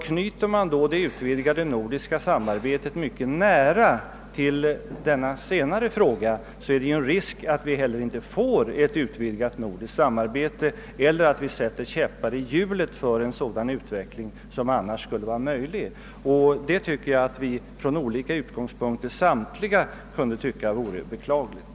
Knyter man då det utvidgade nordiska samarbetet mycket nära till denna senare fråga, föreligger det en risk att vi inte heller får ett utvidgat nordiskt samarbete, att vi sätter käppar i hjulet för en sådan utveckling som annars skulle vara möjlig. Jag tycker att vi alla från våra olika utgångspunkter måste finna att detta vore beklagligt.